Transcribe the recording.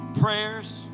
prayers